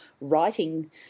writing